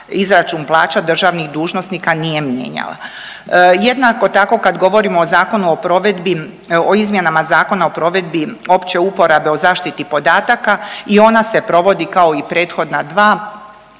izračun plaća državnih dužnosnika nije mijenjala. Jednako tako kad govorimo o Zakonu o provedbi, o izmjenama Zakona o provedbi opće uporabe o zaštiti podataka i ona se provodi kao i prethodna dva u